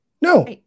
No